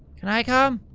can i come?